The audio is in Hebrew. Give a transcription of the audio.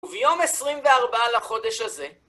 וביום עשרים וארבעה לחודש הזה